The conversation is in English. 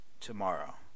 tomorrow